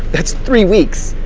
that's three weeks,